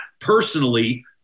personally